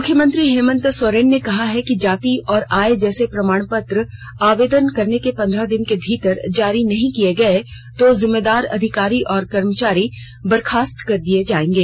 मुख्यमंत्री हेमन्त सोरेन ने कहा है कि जाति और आय जैसे प्रमाणपत्र आवेदन करने के पन्द्रह दिन के भीतर जारी नहीं किए गए तो जिम्मेदार अधिकारी और कर्मचारी बर्खास्त कर दिए जाएंगे